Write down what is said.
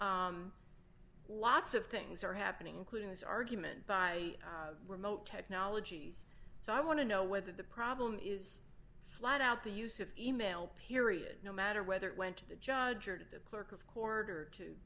g lots of things are happening including this argument by remote technology so i want to know whether the problem is flat out the use of e mail period no matter whether it went to the judge or to the clerk of court or to